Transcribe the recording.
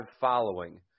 following